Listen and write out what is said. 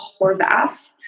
Horvath